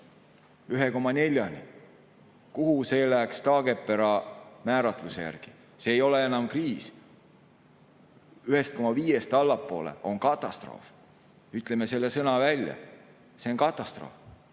1,4‑ni. Kuhu see läheks Taagepera määratluse järgi? See ei ole enam kriis. 1,5‑st allapoole on katastroof. Ütleme selle sõna välja, see on katastroof. Ma